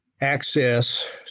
access